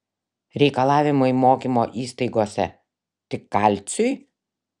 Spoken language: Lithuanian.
reikalavimai mokymo įstaigose tik kalciui